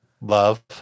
Love